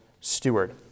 steward